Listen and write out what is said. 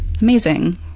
amazing